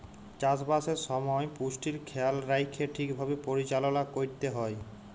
চাষবাসের সময় পুষ্টির খেয়াল রাইখ্যে ঠিকভাবে পরিচাললা ক্যইরতে হ্যয়